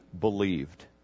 believed